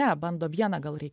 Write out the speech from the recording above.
ne bando vieną gal reik